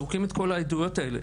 זורקים את כל העדויות האלה,